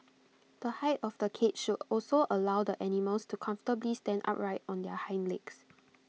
the height of the cage should also allow the animals to comfortably stand upright on their hind legs